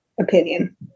opinion